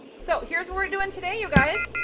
so here's what we're doing today, you guys.